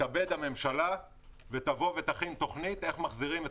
תתכבד הממשלה ותבוא ותכין תכנית איך מחזירים את